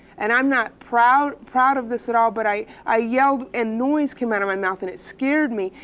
and i'm not proud proud of this at all, but i i yelled and noise came out of my mouth, and it scared me.